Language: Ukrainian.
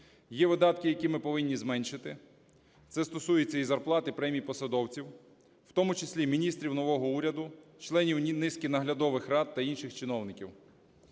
Є видатки, які ми повинні зменшити. Це стосується і зарплат, і премій посадовців, в тому числі міністрів нового уряду, членів низки наглядових рад та інших чиновників.